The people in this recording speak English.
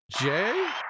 Jay